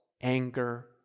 anger